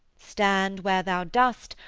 stand where thou dost,